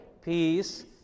peace